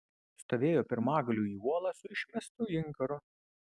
stovėjo pirmagaliu į uolą su išmestu inkaru